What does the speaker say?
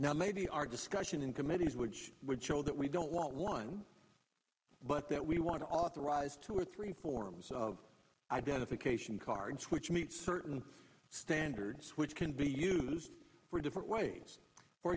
now maybe our discussion in committees which would show that we don't want one but that we want to authorize two or three forms of identification cards which meet certain standards which can be used for different ways for